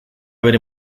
bere